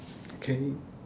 okay